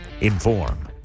inform